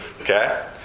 okay